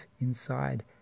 inside